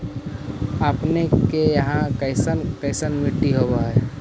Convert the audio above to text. अपने के यहाँ कैसन कैसन मिट्टी होब है?